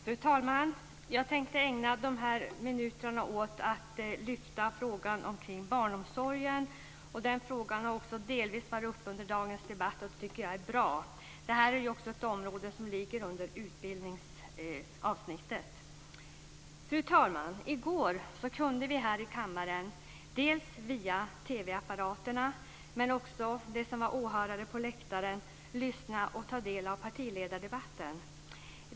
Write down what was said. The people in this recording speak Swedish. Fru talman! Jag tänkte ägna de här minuterna åt att lyfta frågan om barnomsorgen. Den har också delvis varit uppe under dagens debatt, och det tycker jag är bra. Det här är ju också ett område som ligger under utbildningsavsnittet. Fru talman! I går kunde vi här i kammaren, via TV-apparater eller genom att vara åhörare på läktaren lyssna och ta del av partiledardebatten.